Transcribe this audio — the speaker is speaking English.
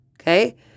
okay